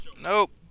Nope